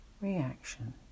reaction